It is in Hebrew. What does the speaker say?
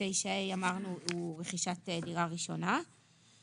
שמשרד הביטחון יעסיק אותו, זה בסדר גמור.